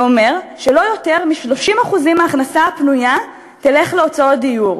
זה אומר שלא יותר מ-30% מההכנסה הפנויה תלך להוצאות דיור.